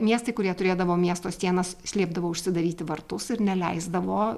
miestai kurie turėdavo miesto sienas slėpdavo užsidaryti vartus ir neleisdavo